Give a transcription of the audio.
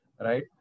right